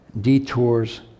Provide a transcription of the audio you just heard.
detours